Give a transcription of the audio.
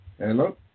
Hello